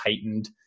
heightened